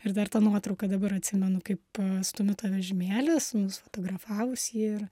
ir dar ta nuotrauka dabar atsimenu kaip stumiu tą vežimėlį nufotografavus jį ir